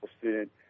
student